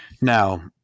Now